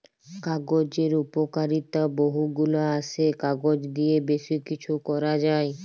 কাগজের উপকারিতা বহু গুলা আসে, কাগজ দিয়ে বেশি কিছু করা যায়